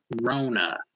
Rona